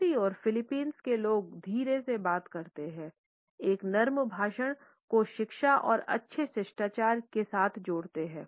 दूसरी ओर फिलीपींस के लोग धीरे से बात करते हैं एक नरम भाषण को शिक्षा और अच्छे शिष्टाचार के साथ जोड़ते हैं